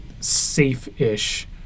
safe-ish